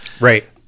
Right